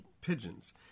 pigeons